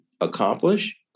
accomplish